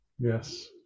Yes